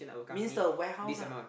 means the warehouse lah